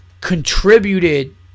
contributed